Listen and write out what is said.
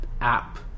app